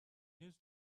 news